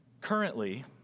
Currently